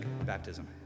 baptism